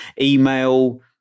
email